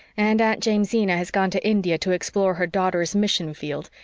and aunt jamesina has gone to india to explore her daughter's mission field,